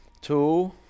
Two